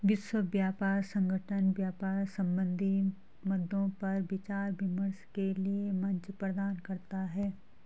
विश्व व्यापार संगठन व्यापार संबंधी मद्दों पर विचार विमर्श के लिये मंच प्रदान करता है